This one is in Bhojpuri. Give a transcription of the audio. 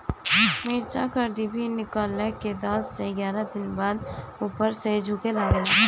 मिरचा क डिभी निकलले के दस से एग्यारह दिन बाद उपर से झुके लागेला?